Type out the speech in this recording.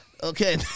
Okay